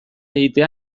egitea